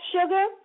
sugar